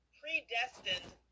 predestined